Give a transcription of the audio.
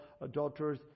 adulterers